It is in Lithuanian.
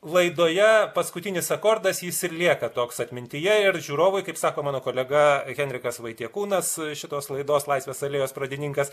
laidoje paskutinis akordas jis ir lieka toks atmintyje ir žiūrovui kaip sako mano kolega henrikas vaitiekūnas šitos laidos laisvės alėjos pradininkas